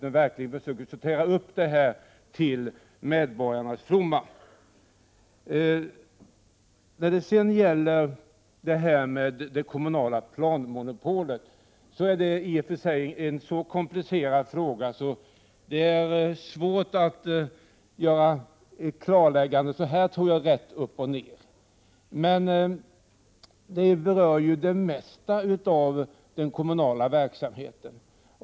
Vi måste verkligen försöka sortera upp detta, så att det blir till medborgarnas fromma. Det kommunala planmonopolet är i och för sig en så komplicerad fråga att det är svårt att så här rakt upp och ner göra ett klarläggande. Det berör det mesta i den kommunala verksamheten.